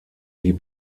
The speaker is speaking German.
die